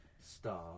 Star